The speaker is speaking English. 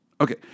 Okay